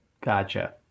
Gotcha